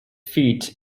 feet